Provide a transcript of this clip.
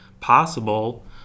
possible